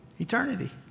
Eternity